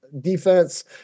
defense